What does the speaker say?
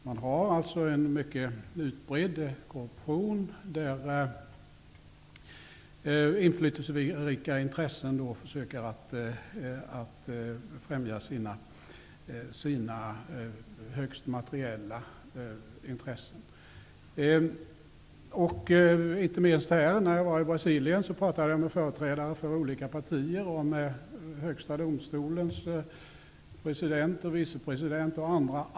Man har en mycket utbredd korrumption, där inflytelserika intressenter försöker att främja sina högst materiella intressen. Inte minst när jag var i Brasilien pratade jag med företrädare för olika partier samt med högsta domstolens president, vicepresident och andra.